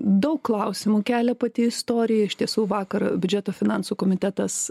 daug klausimų kelia pati istorija iš tiesų vakar biudžeto finansų komitetas